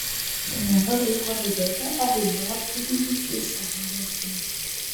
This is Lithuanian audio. nėra laiko liūdėti ar juolab gilintis į savo jausmus